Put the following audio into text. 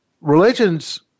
religions